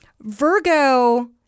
Virgo